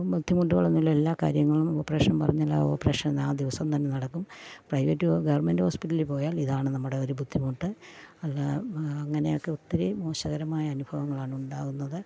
ബുദ്ധിമുട്ടുകളൊന്നും ഇല്ല എല്ലാ കാര്യങ്ങളും ഓപ്പറേഷൻ പറഞ്ഞാൽ ആ ഓപ്പറേഷൻ ആ ദിവസം തന്നെ നടക്കും പ്രൈവറ്റ് ഗവൺമെൻറ് ഹോസ്പിറ്റലിൽ പോയാൽ ഇതാണ് നമ്മുടെ ഒരു ബുദ്ധിമുട്ട് അല്ല അങ്ങനെയൊക്കെ ഒത്തിരി മോശകരമായ അനുഭവങ്ങളാണ് ഉണ്ടാവുന്നത്